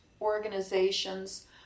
organizations